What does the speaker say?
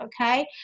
okay